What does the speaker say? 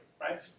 right